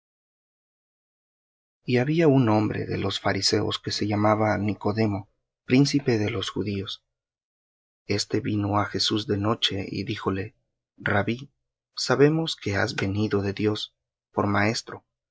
y había un hombre de los fariseos que se llamaba nicodemo príncipe de los judíos este vino á jesús de noche y díjole rabbí sabemos que has venido de dios por maestro